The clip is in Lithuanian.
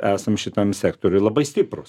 esam šitam sektoriuj labai stiprūs